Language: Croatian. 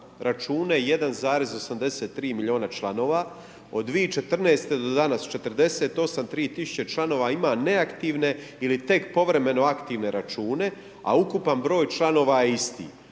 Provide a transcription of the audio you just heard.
1,83 milijuna članova, od 2014. do danas 48 300 članova ima neaktivne ili tek povremeno aktivne račune a ukupan broj članova je isti.